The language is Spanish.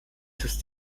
sus